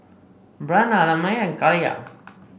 Breanne Ellamae and Kaliyah